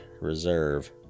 Reserve